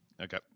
Okay